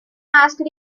asked